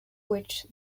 which